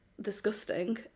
disgusting